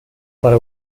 para